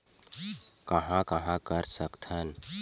कहां कहां कर सकथन?